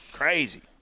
Crazy